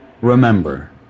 Remember